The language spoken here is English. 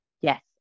Yes